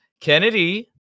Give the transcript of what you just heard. Kennedy